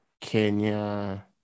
Kenya